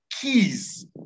keys